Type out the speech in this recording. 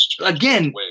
again